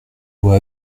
loi